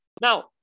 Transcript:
Now